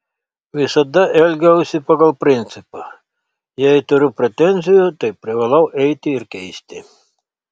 visada elgiausi pagal principą jei turiu pretenzijų tai privalau eiti ir keisti